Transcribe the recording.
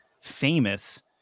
famous